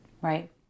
right